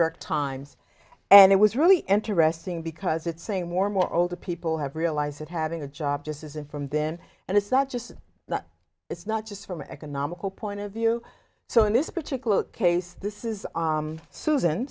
york times and it was really interesting because it's saying more and more older people have realized that having a job just isn't from been and it's not just the it's not just from an economical point of view so in this particular case this is susan susan